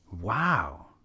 Wow